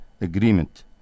agreement